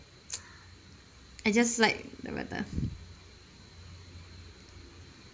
I just like